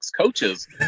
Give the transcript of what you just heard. coaches